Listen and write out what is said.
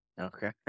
Okay